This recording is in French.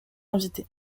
invité